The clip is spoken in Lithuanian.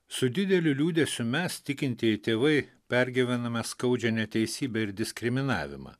su dideliu liūdesiu mes tikintieji tėvai pergyvename skaudžią neteisybę ir diskriminavimą